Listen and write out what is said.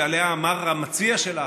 שעליה אמר המציע שלה,